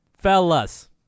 Fellas